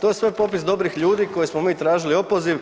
To je sve popis dobrih ljudi koje smo mi tražili opoziv,